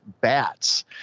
bats